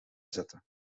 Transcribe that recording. zetten